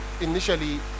initially